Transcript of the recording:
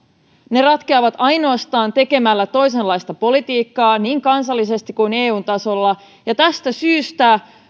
ne ratkeavat ainoastaan tekemällä toisenlaista politiikkaa niin kansallisesti kuin eun tasolla ja tästä syystä